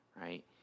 right